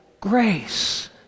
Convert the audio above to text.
grace